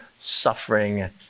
suffering